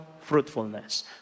fruitfulness